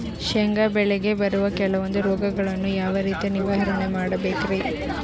ಶೇಂಗಾ ಬೆಳೆಗೆ ಬರುವ ಕೆಲವೊಂದು ರೋಗಗಳನ್ನು ಯಾವ ರೇತಿ ನಿರ್ವಹಣೆ ಮಾಡಬೇಕ್ರಿ?